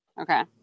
Okay